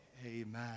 Amen